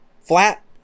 flat